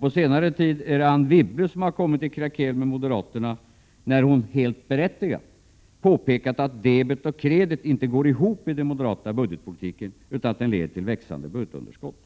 På senare tid är det Anne Wibble som kommit i krakel med moderaterna när hon, helt berättigat, påpekat att debet och kredit inte går ihop i den moderata budgetpolitiken utan att den leder till växande budgetunderskott.